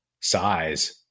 size